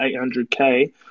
800k